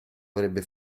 avrebbe